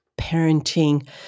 parenting